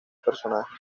personaje